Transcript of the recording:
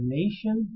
nation